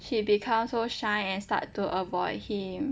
she become so shy and start to avoid him